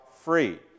free